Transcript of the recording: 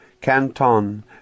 Canton